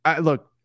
look